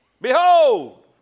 Behold